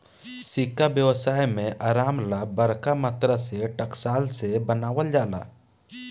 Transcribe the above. सिक्का व्यवसाय में आराम ला बरका मात्रा में टकसाल में बनावल जाला